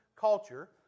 culture